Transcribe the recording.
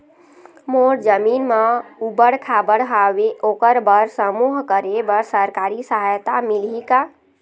मोर जमीन म ऊबड़ खाबड़ हावे ओकर बर समूह करे बर सरकारी सहायता मिलही का?